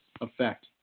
effect